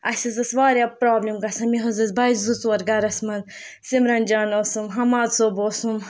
اَسہِ حظ ٲس واریاہ پرٛابلِم گژھان مےٚ حظ ٲسۍ بَچہِ زٕ ژور گَرَس منٛز سِمرَن جان ٲسٕم ہَماد صٲب اوسُم